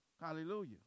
Hallelujah